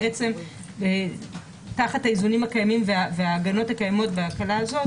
בעצם תחת האיזונים הקיימים וההגנות הקיימות בהקלה הזאת